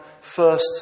first